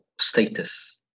status